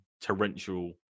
torrential